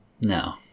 No